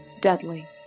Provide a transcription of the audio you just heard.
deadly